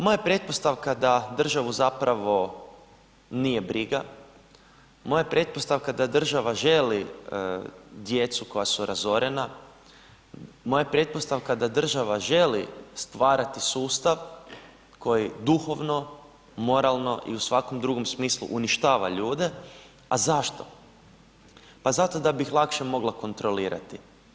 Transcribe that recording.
Moja je pretpostavka da državu zapravo nije briga, moja je pretpostavka država želi djecu koja su razorena, moja je pretpostavka da država želi stvarati sustav koji duhovno, moralno i u svakom drugom smislu uništava ljude, a zašto, pa zato da bih lakše mogla kontrolirati.